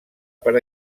per